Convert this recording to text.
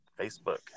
Facebook